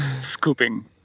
scooping